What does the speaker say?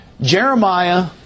Jeremiah